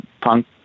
punk